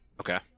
Okay